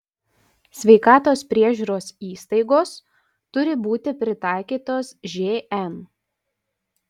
sveikatos priežiūros įstaigos turi būti pritaikytos žn